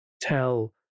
tell